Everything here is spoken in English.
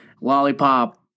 lollipop